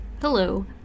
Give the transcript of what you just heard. Hello